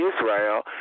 Israel